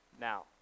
Now